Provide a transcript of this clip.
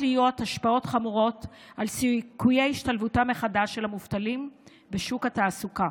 להיות השפעות חמורות על סיכויי השתלבותם מחדש של המובטלים בשוק התעסוקה.